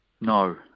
No